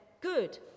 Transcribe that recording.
good